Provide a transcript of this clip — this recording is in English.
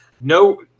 No –